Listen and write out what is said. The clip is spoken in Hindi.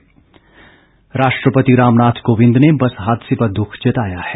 शोक राष्ट्रपति रामनाथ कोविंद ने बस हादसे पर दुख जतया है